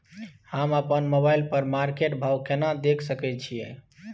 हम अपन मोबाइल पर मार्केट भाव केना देख सकै छिये?